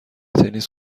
تنیس